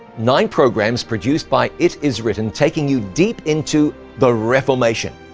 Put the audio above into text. nine programs produced by it is written taking you deep into the reformation.